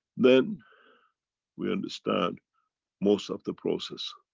then we understand most of the process.